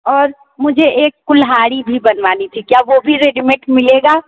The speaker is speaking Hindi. और मुझे एक कुल्हाड़ी भी बनवानी थी क्या वो भी रेडीमेड मिलेगी